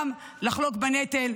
וגם לחלוק בנטל.